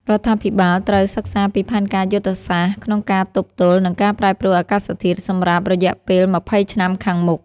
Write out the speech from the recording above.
រដ្ឋាភិបាលត្រូវសិក្សាពីផែនការយុទ្ធសាស្ត្រក្នុងការទប់ទល់នឹងការប្រែប្រួលអាកាសធាតុសម្រាប់រយៈពេលម្ភៃឆ្នាំខាងមុខ។